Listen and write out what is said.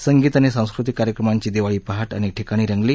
संगीत आणि सांस्कृतिक कार्यक्रमांची दिवाळी पहाट अनेक ठिकाणी रंगली